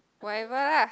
whatever lah